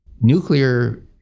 nuclear